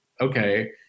okay